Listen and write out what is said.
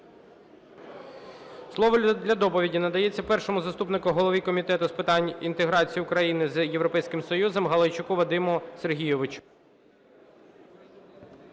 Слово для доповіді надається першому заступнику голови Комітету з питань інтеграції України з Європейським Союзом Галайчуку Вадиму Сергійовичу.